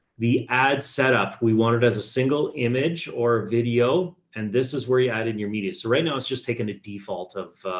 the ad setup we wanted as a single image or video. and this is where you add in your media. so right now it's just taking a default of